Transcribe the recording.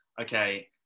okay